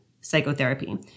psychotherapy